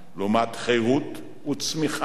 לעומת חירות וצמיחה